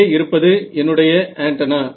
இங்கே இருப்பது என்னுடைய ஆண்டனா